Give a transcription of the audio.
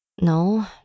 No